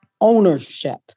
ownership